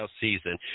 season